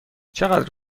چقدر